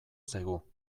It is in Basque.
zaigu